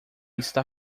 está